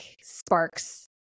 sparks